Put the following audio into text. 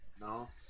No